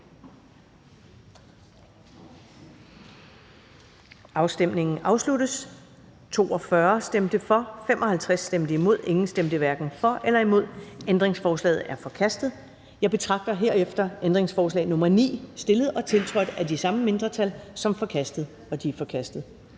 Naser Khader (UFG)), imod stemte 55 (S, SF, RV, EL, FG og ALT), hverken for eller imod stemte 0. Ændringsforslaget er forkastet. Jeg betragter herefter ændringsforslag nr. 9, stillet og tiltrådt af de samme mindretal, som forkastet. Det er forkastet.